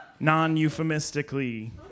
Non-euphemistically